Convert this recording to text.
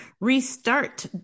restart